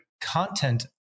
Content